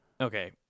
Okay